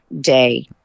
day